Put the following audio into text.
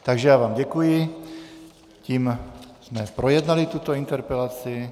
Takže já vám děkuji, tím jsme projednali tuto interpelaci.